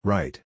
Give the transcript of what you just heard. Right